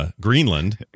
Greenland